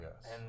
yes